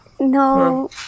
No